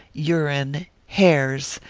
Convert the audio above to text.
urine, hairs,